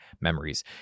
memories